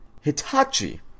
Hitachi